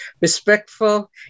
respectful